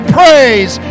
praise